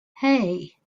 hey